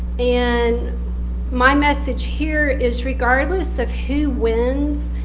and my message here is regardless of who wins,